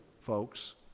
folks